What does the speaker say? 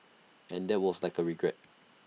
and that was like regret